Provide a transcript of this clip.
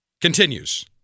Continues